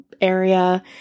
Area